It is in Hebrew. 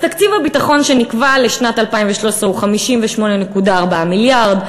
אז תקציב הביטחון שנקבע לשנת 2013 הוא 58.4 מיליארד,